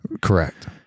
Correct